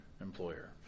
employer